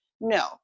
No